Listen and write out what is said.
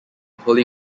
holy